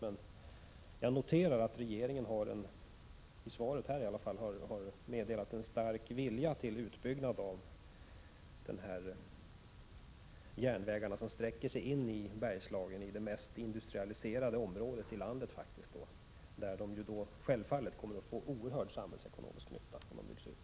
Jag noterar emellertid att regeringen, i varje fall här i svaret, har meddelat en stark vilja att bygga ut de järnvägar som sträcker sig in i Bergslagen och därmed det mest industrialiserade området i landet. Järnvägen kommer självfallet att få en oerhörd samhällsekonomisk nytta om den byggs ut i det området.